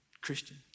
Christian